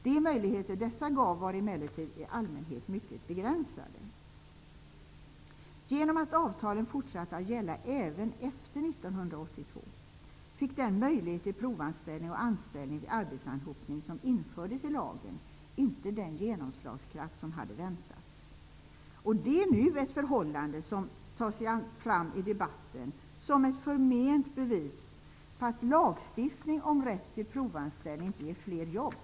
De möjligheter dessa gav var emellertid i allmänhet mycket begränsade. fick den möjlighet till provanställning och anställning vid arbetsanhopning som infördes i lagen inte den genomslagskraft som hade väntats. Det är ett förhållande som nu tas fram i debatten som ett förment bevis för att lagstiftning om rätt till provanställningar inte ger fler jobb.